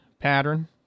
pattern